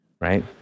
right